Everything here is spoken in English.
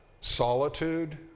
solitude